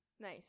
Nice